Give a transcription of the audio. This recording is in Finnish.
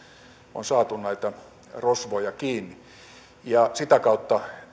on saatu näitä rosvoja kiinni ja sitä kautta